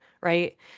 right